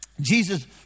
Jesus